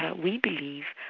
ah we believe,